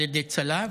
על ידי צלף,